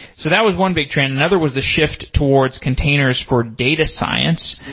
so that was one big trend. another was the shift towards containers for data science.